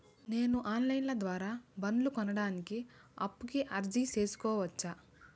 నేను online ద్వారా బండ్లు కొనడానికి అప్పుకి అర్జీ సేసుకోవచ్చా?